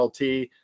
LT